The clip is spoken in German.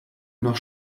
nach